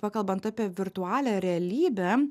pa kalbant apie virtualią realybę